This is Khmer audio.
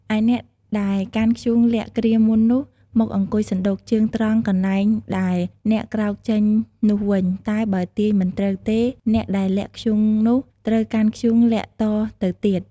ឯអ្នកដែលកាន់ធ្យូងលាក់គ្រាមុននោះ មកអង្គុយសណ្តូកជើងត្រង់កន្លែងដែលអ្នកក្រោកចេញនោះវិញ តែបើទាយមិនត្រូវទេ អ្នកដែលលាក់ធ្យូងនោះ ត្រូវកាន់ធ្យូងលាក់តទៅទៀត។